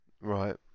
right